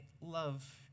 love